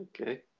okay